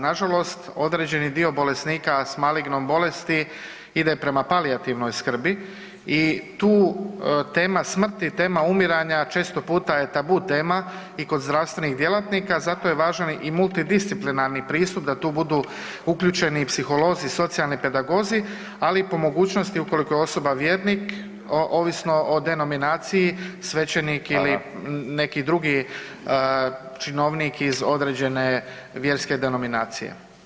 Nažalost, određeni dio bolesnika sa malignom bolesti ide prema palijativnoj skrbi i tu tema smrti, tema umiranja često puta je tabu tema i kod zdravstvenih djelatnika, zato je važan i multidisciplinarni pristup da tu budu uključeni i psiholozi i socijalni pedagozi, ali i po mogućnosti ukoliko je osoba vjernik ovisno o denominaciji svećenik ili neki [[Upadica: Hvala.]] činovnik iz određene vjerske denominacije.